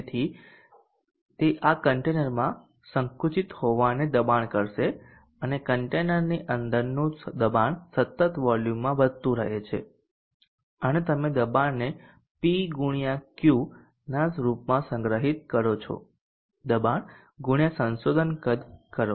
તેથી તે આ કન્ટેનરમાં સંકુચિત હવાને દબાણ કરશે અને કન્ટેનરની અંદરનું દબાણ સતત વોલ્યુમમાં વધતું રહે છે અને તમે દબાણને પી ગુણ્યા ક્યૂ ના રૂપમાં સંગ્રહિત કરો છો દબાણ ગુણ્યા સંશોધન કદ કરો